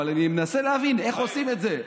אבל אני מנסה להבין איך עושים את זה.